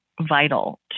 vital